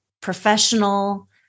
professional